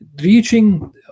reaching